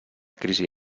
crisi